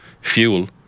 fuel